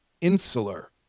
insular